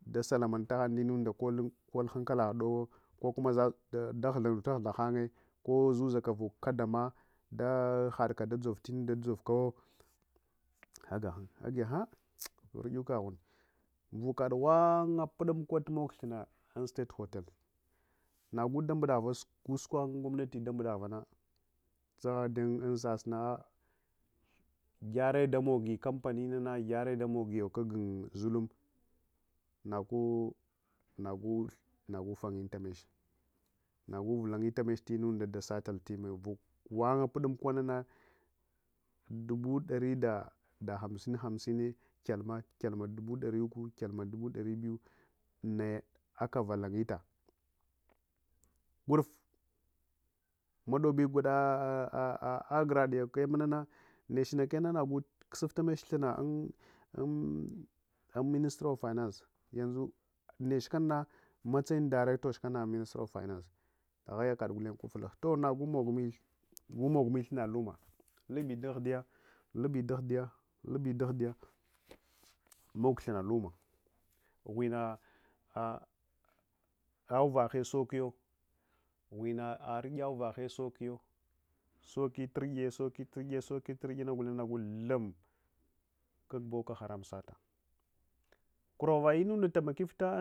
Dasalamanatahanye nda ina kolhankatdowo ko kuma huthanuta hutha hanye ko zuzak vukkaƌamada hakada ƌzov inadadzoukam agahanye, agi-hang vur yukaghune vukad ghwanga puƌ-umkuwa tumog thunna un st-al-e hotel nagu sukohun gomnati tumbuƌuvana ƌzagha ahƌiyalusasna hangh gyaredamogiyo kampanina gyareƌa mogiyo kag zulum nagu fayentameche nagu vulayetameche tinunda dasatimula vukad ghwang pud-umkuwakanana dubu dari da dahamsin hamsine kyalma, kyalma ƌubu ƌari uku yalma ƌubu əari biyu naya aka vulayent guruvi maƌobi gwaƌa guradiyakaya munana, nechiya kayamunana nagu kusuftameche thunna ministry of finance yamzun nech kuƌakane neche kanana matsayiya directochi kana un-ministry of finance ahayakaƌkana gufuluk toh’ nagumokmi thunna luma lub ƌahƌiya lub ƌanhɗiya lubidah dyimok thunna, luma ghuina harawon thunna uvahe sokiyo, ghuina unɗya uvahe, soke turye soke turye soke turye nagu thum ak bokoharam sata kurava taimakitai inundo.